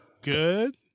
good